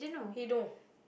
he know